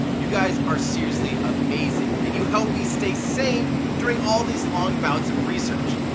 you guys are seriously amazing! and you help me stay sane during all these long bouts of research.